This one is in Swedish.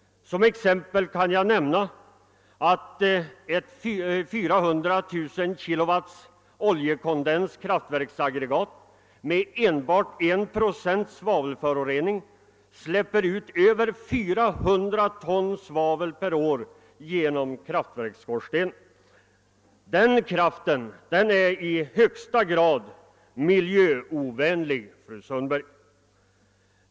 Som exempel kan jag nämna att ett 400 000 kilowatts oljekon: dens kraftverksaggregat med enbart 1 procents svavelförorening släpper ut över 400 ton svavel per år genom skorstenen. Den kraften är i högsta grad miljöovänlig, fru Sundberg.